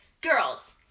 Girls